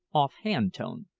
off-hand tone,